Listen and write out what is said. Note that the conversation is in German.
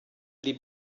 die